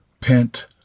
pent